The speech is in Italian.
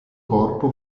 corpo